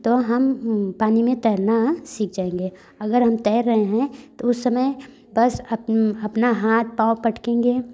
तो हम पानी में तैरना सीख जाएंगे अगर हम तैर रहे हैं तो उस समय बस अपना हाथ पाव पटकेंगे